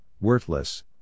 worthless